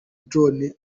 drone